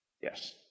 Yes